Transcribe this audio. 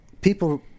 people